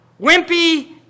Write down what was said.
wimpy